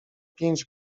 pięć